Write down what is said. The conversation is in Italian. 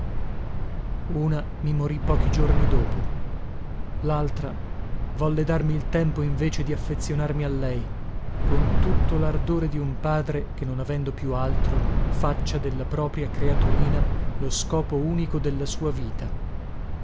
mi morì pochi giorni dopo laltra volle darmi il tempo invece di affezionarmi a lei con tutto lardore di un padre che non avendo più altro faccia della propria creaturina lo scopo unico della sua vita